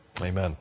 Amen